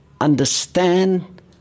understand